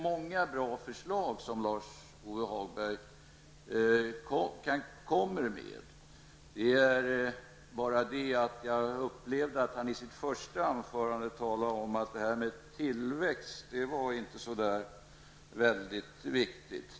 Många av de förslag som Lars-Ove Hagberg kommer med är mycket bra. Jag upplevde emellertid att han i sitt första anförande talade om att detta med tillväxt inte var så väldigt viktigt.